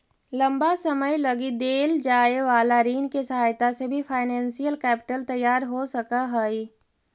लंबा समय लगी देल जाए वाला ऋण के सहायता से भी फाइनेंशियल कैपिटल तैयार हो सकऽ हई